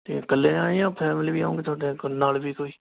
ਅਤੇ ਕੱਲਿਆਂ ਆਏ ਹੈ ਜਾਂ ਫੈਮਿਲੀ ਵੀ ਆਊਂਗੀ ਤੁਹਾਡੇ ਕੋਲ ਨਾਲ਼ ਵੀ ਕੋਈ